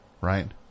Right